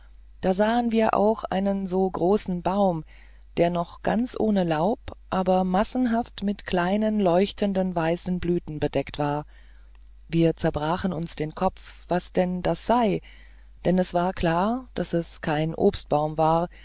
da sahen wir auch einen so großen baum der noch ganz ohne laub aber massenhaft mit kleinen leuchtend weißen blüten bedeckt war wir zerbrachen uns den kopf was denn das sei denn es war klar daß es kein obstbaum war